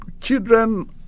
children